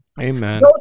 Amen